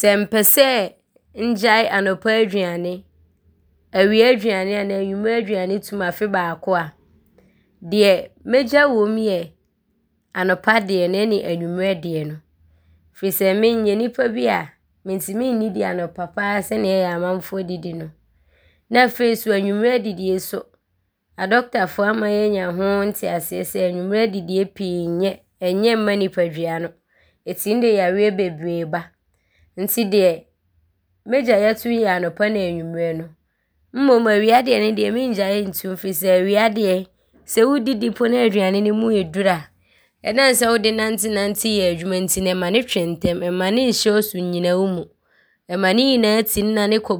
Sɛ mpɛ sɛ ngyae anɔpa aduane, awia aduane anaa anwummerɛ aduane tom afe baako a, deɛ mɛgya wom yɛ anɔpa deɛ no ɔne anwummerɛ deɛ no firi sɛ me nyɛ nnipa bi a mentim nnidi anɔpa pa ara sɛdeɛ ɔyɛ a amanfoɔ didi no ne afei so anwummerɛ adidie so adɔkotafoɔ ama yɛanya ho nteaseɛ sɛ, anwummerɛ adidie pii nyɛ mma nnipadua no. Ɔtim de yareɛ bebree ba nti deɛ mɛgyae atom yɛ anɔpa ne anwummerɛ no mmom awia deɛ no deɛ mengyae ntom firi sɛ awia deɛ, sɛ wodidi po ne sɛ aduane no mu ɔɔduru a, ɔnam sɛ wode nantenante yɛ adwuma nti no ɔma ne twe ntɛm. Ɔmma ne nhyɛ wo so nnyina wo mu. Ɔma ne nyinaa tim nane kɔ